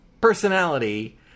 personality